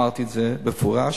אמרתי את זה במפורש